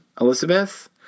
Elizabeth